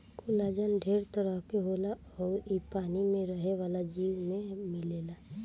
collagen ढेर तरह के होला अउर इ पानी में रहे वाला जीव में मिलेला